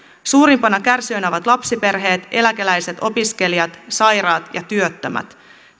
suurimpina kärsijöinä ovat lapsiperheet eläkeläiset opiskelijat sairaat ja työttömät